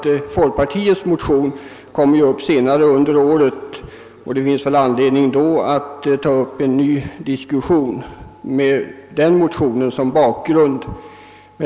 Ty folkpartiets motion kommer upp senare under året, och då finns det anledning att ta upp en ny diskussion med den motionen som bakgrund.